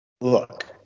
Look